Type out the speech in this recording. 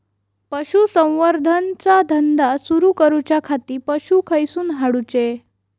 पशुसंवर्धन चा धंदा सुरू करूच्या खाती पशू खईसून हाडूचे?